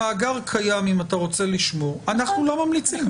המאגר קיים, אם אתה רוצה לשמור, אנחנו לא ממליצים.